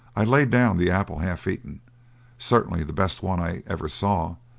i laid down the apple half-eaten certainly the best one i ever saw,